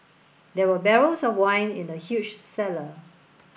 there were barrels of wine in the huge cellar